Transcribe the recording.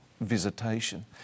visitation